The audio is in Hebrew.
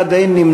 61, אין נמנעים.